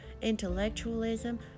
intellectualism